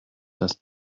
dass